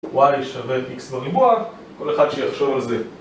y שווה x בריבוע, כל אחד שיחשוב על זה